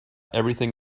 everything